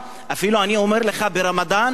ברמדאן הם עושים להם סעודות,